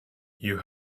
you